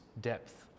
depth